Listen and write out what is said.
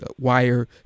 wire